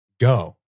go